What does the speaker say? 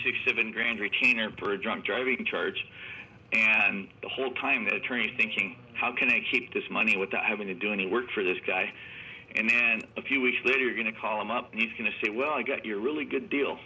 six seven grand retainer for a drunk driving charge and the whole time that attorney thinking how can a keep this money without having to do any work for this guy and then a few weeks later you're going to call him up and he's going to say well i got your really good deal